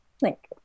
Thank